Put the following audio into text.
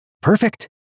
Perfect